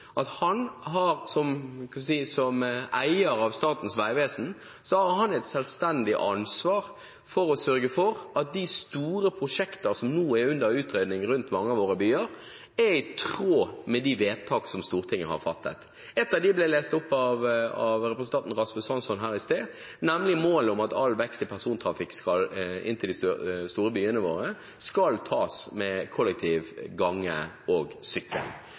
at han som eier av Statens vegvesen, har et selvstendig ansvar for å sørge for at de store prosjektene som nå er under utredning rundt mange av våre byer, er i tråd med de vedtak som Stortinget har fattet. Ett av dem ble lest opp av representanten Rasmus Hansson her i sted, nemlig målet om at all vekst i persontrafikk inn til de store byene våre skal tas med kollektiv transport, gange og sykkel.